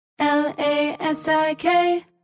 L-A-S-I-K